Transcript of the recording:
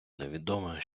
невідоме